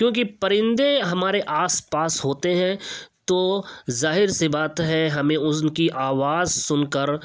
کیوں کہ پرندے ہمارے آس پاس ہوتے ہیں تو ظاہر سی بات ہے ہمیں ان کی آواز سن کر